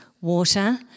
water